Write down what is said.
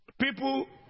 people